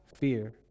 fear